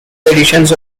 editions